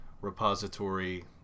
repository